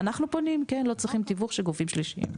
אנחנו לא צריכים תיווך של גורמים שלישיים.